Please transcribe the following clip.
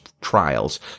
trials